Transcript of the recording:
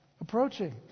approaching